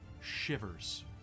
shivers